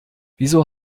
wieso